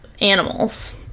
animals